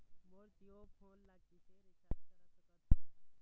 मोर Jio phone ला किसे recharge करा सकत हवं?